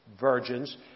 virgins